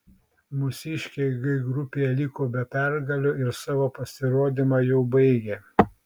mūsiškiai g grupėje liko be pergalių ir savo pasirodymą jau baigė